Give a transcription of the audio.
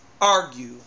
argue